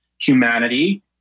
humanity